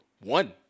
one